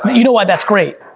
but you know why that's great?